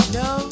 no